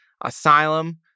asylum